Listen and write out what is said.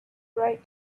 bright